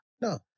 No